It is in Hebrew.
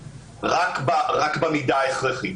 ללא מחוסן כדי למנוע הידבקות ומידבקות,